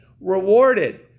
rewarded